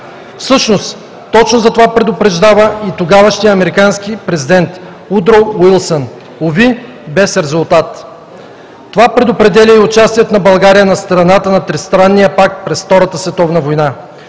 Всъщност точно за това предупреждава и тогавашният американски президент Удроу Уилсън – уви, без резултат. Това предопределя и участието на България на страната на Тристранния пакт през Втората световна война,